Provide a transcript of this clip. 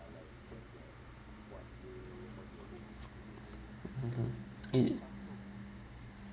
mmhmm it